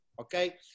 okay